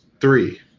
three